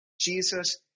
Jesus